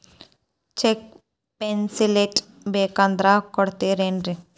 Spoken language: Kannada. ಚೆಕ್ ಫೆಸಿಲಿಟಿ ಬೇಕಂದ್ರ ಕೊಡ್ತಾರೇನ್ರಿ?